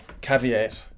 caveat